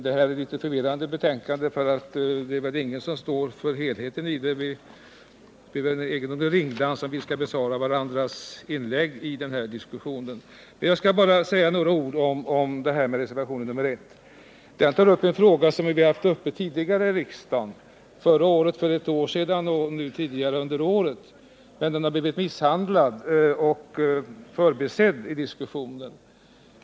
Detta är ett förvirrande betänkande, för det är väl ingen som står för helheten i det. Det blir en egendomlig ringdans om vi skall bemöta varandras inlägg i denna diskussion. Jag skall bara säga några ord om reservationen p Den berör en fråga som vi har haft uppe tidigare i riksdagen — för ett år sedan och tidigare under detta år — men den frågan har blivit misshandlad och förbisedd i diskussionen.